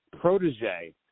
protege